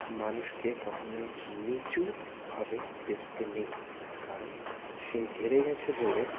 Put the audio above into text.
মানুষকে কখনোই নিচু ভাবে দেখতে নেই কারণ সে হেরে গেছে বলে